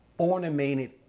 ornamented